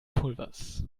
pulvers